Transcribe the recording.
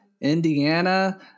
Indiana